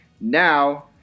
now